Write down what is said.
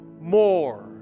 more